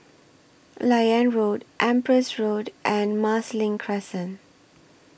Liane Road Empress Road and Marsiling Crescent